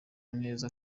neza